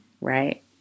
right